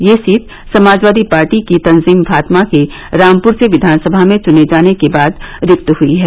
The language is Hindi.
यह सीट समाजवादी पार्टी की तंजीम फातिमा के रामपुर से विधानसभा में चुने जाने के बाद रिक्त हुई है